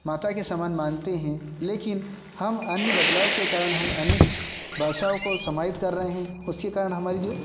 माता के समान मानते हैं लेकिन हम अन्य बदलाव के कारण हम अन्य भाषाओं को समाहित कर रहे हैं उसके कारण हमारी जो